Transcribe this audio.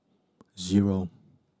zero